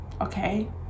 okay